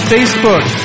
Facebook